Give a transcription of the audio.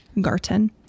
Garten